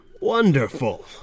Wonderful